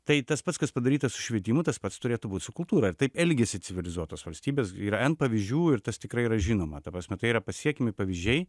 tai tas pats kas padaryta su švietimu tas pats turėtų būt su kultūra taip elgiasi civilizuotos valstybės yra n pavyzdžių ir tas tikrai yra žinoma ta prasme tai yra pasiekiami pavyzdžiai